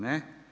Ne.